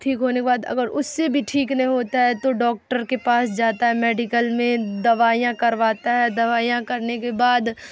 ٹھیک ہونے کے بعد اگر اس سے بھی ٹھیک نہیں ہوتا ہے تو ڈاکٹر کے پاس جاتا ہے میڈیکل میں دوائیاں کرواتا ہے دوائیاں کرنے کے بعد